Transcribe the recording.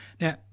Now